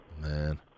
Man